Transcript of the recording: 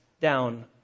down